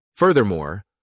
Furthermore